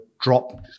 drop